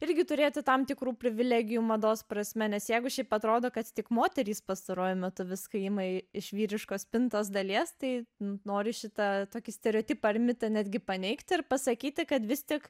irgi turėti tam tikrų privilegijų mados prasme nes jeigu šiaip atrodo kad tik moterys pastaruoju metu viską ima iš vyriškos spintos dalies tai noriu šitą tokį stereotipą ir mitą netgi paneigti ir pasakyti kad vis tik